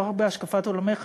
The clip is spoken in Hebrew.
לא רק בהשקפת עולמך,